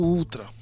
Ultra